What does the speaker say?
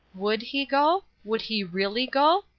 would he go? would he really go?